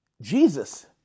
Jesus